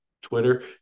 Twitter